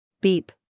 Beep